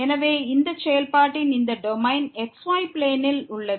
எனவே இந்த செயல்பாட்டின் இந்த டொமைன் xy பிளேனில் உள்ளது